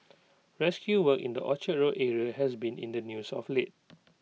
rescue work in the Orchard road area has been in the news of late